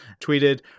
tweeted